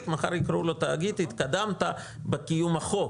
ומחר יקראו לו תאגיד התקדמת בקיום החוק.